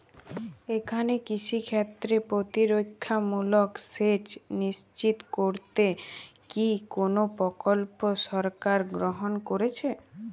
এখানে কৃষিক্ষেত্রে প্রতিরক্ষামূলক সেচ নিশ্চিত করতে কি কোনো প্রকল্প সরকার গ্রহন করেছে?